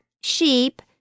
sheep